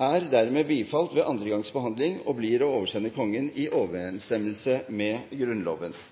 er dermed bifalt ved andre gangs behandling og blir å oversende Kongen i overensstemmelse med Grunnloven. Det